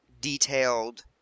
detailed